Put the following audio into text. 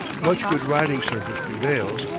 much good riding surface prevails,